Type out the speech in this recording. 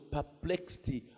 perplexity